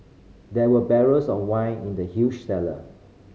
there were barrels of wine in the huge cellar